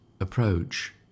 approach